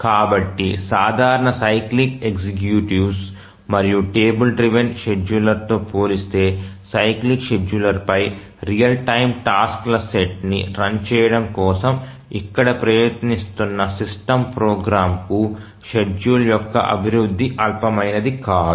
కాబట్టి సాధారణ cyclic executive మరియు టేబుల్ డ్రివెన్ షెడ్యూలర్తో పోలిస్తే సైక్లిక్ షెడ్యూలర్పై రియల్ టైమ్ టాస్క్ ల సెట్ ని రన్ చేయడం కోసం ఇక్కడ ప్రయత్నిస్తున్న సిస్టమ్ ప్రోగ్రామర్ కు షెడ్యూల్ యొక్క అభివృద్ధి అల్పమైనది కాదు